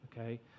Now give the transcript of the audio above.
okay